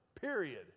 period